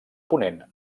ponent